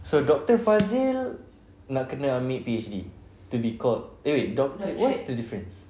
so doctor fazil nak kena ambil P_H_D to be called eh wait what's the difference